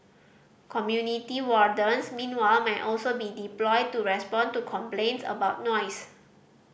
community wardens meanwhile may also be deployed to respond to complaints about noise